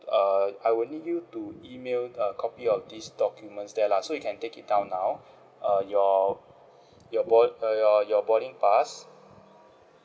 err I will need you to email a copy of these documents there lah so you can take it down now uh your your board uh your your boarding pass